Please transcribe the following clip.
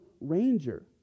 ranger